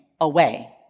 away